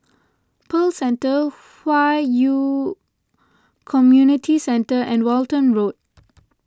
Pearl Centre Hwi Yoh Community Centre and Walton Road